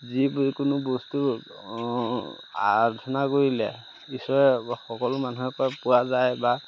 যিকোনো বস্তু আৰাধনা কৰিলে ঈশ্বৰে সকলো মানুহৰপৰা পোৱা যায় বা